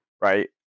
right